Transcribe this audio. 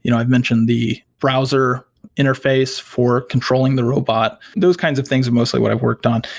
you know i've mentioned the browser interface for controlling the robot. those kinds of things are mostly what i've worked on.